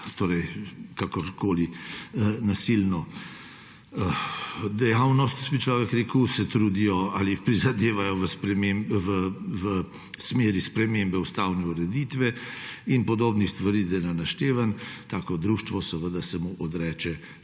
delajo kakorkoli nasilno dejavnost, bi človek rekel, se trudijo ali prizadevajo v smeri spremembe ustavne ureditve in podobnih stvari, da ne naštevam, se takemu društvo odreče